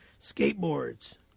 skateboards